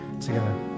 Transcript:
together